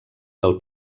del